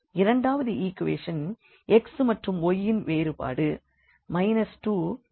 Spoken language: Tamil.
இரண்டாவது ஈக்வேஷன் ல் x மற்றும் y ன் வேறுபாடு 2 எனக் கூறிக் கொண்டிருக்கிறோம்